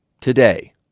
Today